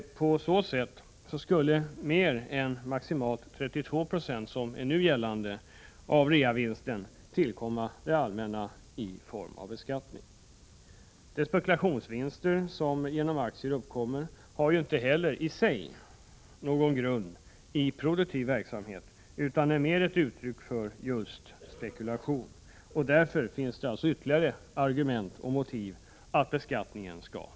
På så sätt skulle mer än maximalt 32 96 av reavinsten, som nu är gällande, tillkomma det allmänna i form av beskattning. De spekulationsvinster som uppkommer genom aktier har ju i sig inte någon grund i produktiv verksamhet, utan är mera uttryck för just spekulation. Därför finns det ytterligare motiv för en hårdare beskattning.